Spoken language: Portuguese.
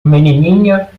menininha